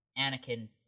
Anakin